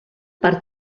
per